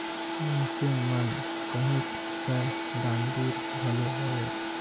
मइनसे मन कहेच कर दानबीर घलो हवें